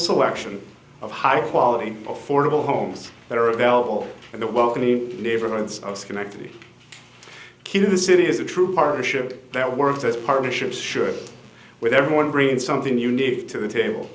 selection of high quality affordable homes that are available in the welcoming neighborhoods of schenectady q this it is a true partnership that works as partnerships should with everyone bringing something unique to the table